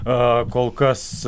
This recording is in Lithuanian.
a kol kas